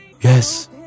Yes